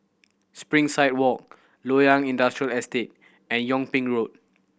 Springside Walk Loyang Industrial Estate and Yung Ping Road